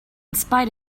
spite